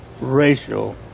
racial